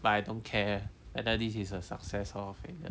but I don't care whether this is a success or failure